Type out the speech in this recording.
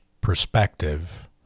perspective